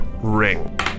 ring